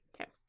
Okay